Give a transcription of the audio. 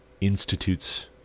institutes